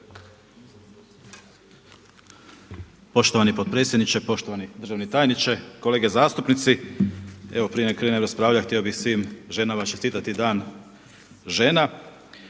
Poštovani potpredsjedniče, poštovani državni tajniče, kolege zastupnici. Evo prije nego krenem raspravljati želio bih svim ženama čestitati Dan žena.